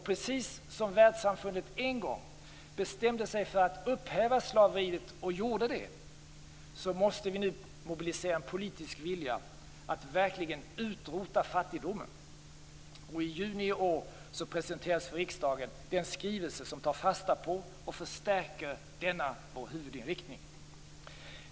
Precis som världssamfundet en gång bestämde sig för att upphäva slaveriet, och gjorde det, måste vi nu mobilisera politisk vilja att verkligen utrota fattigdomen. I juni i år presenterades för riksdagen den skrivelse där regeringen tar fasta på och förstärker denna huvudinriktning.